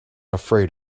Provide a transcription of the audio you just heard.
afraid